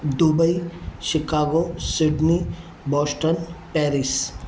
Dubai Chicago Sydney Boston Paris